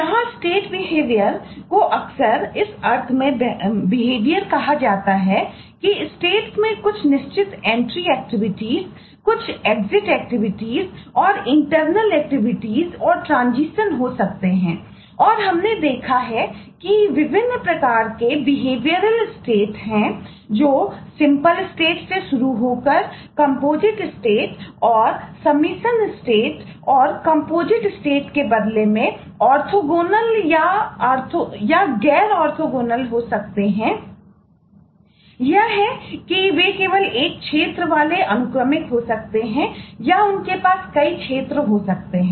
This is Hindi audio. यहां स्टेट बिहेवियरहो सकते हैं यह है कि वे केवल एक क्षेत्र वाले अनुक्रमिक हो सकते हैं या उनके पास कई क्षेत्र हो सकते हैं